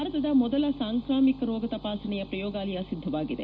ಭಾರತದ ಮೊದಲ ಸಾಂಕ್ರಾಮಿಕ ರೋಗ ತಪಾಸಣೆಯ ಪ್ರಯೋಗಾಲಯ ಸಿದ್ಧವಾಗಿದೆ